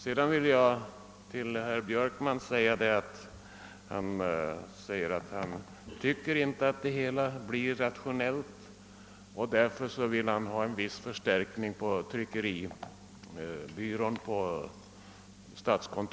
Herr Björkman tycker inte att verksamheten blir rationell, och därför vill han i stället ha till stånd en viss förstärkning av statskontorets tryckeriexpedition.